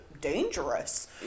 dangerous